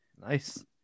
Nice